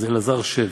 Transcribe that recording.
אז, אלעזר, שב.